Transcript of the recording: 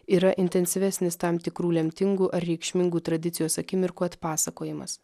yra intensyvesnis tam tikrų lemtingų ar reikšmingų tradicijos akimirkų atpasakojimas